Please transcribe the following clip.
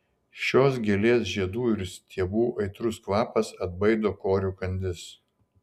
šios gėlės žiedų ir stiebų aitrus kvapas atbaido korių kandis